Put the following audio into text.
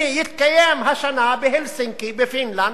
יתקיים השנה בהלסינקי, בפינלנד,